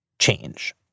change